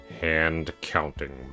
hand-counting